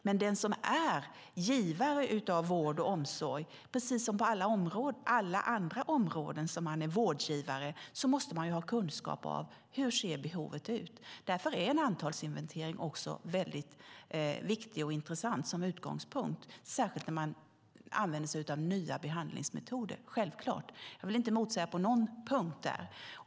Men den som är givare av vård och omsorg, precis som på alla andra områden där man är vårdgivare, måste ha kunskap om hur behovet ser ut. Därför är en antalsinventering också väldigt viktig och intressant som utgångspunkt, särskilt när man använder sig av nya behandlingsmetoder. Självklart, jag vill inte motsäga Sven Britton på någon punkt där.